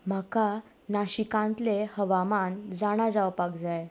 म्हाका नाशिकांतलें हवामान जाणा जावपाक जाय